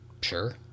sure